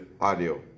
audio